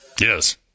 Yes